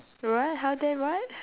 what how dare what